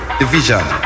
division